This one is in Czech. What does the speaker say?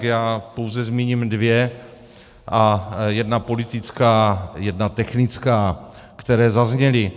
Já pouze zmíním dvě, jedna politická, jedna technická, které zazněly.